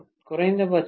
குறைந்தபட்சம் இது 2